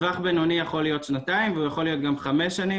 טווח בינוני יכול להיות שנתיים והוא יכול להיות גם חמש שנים,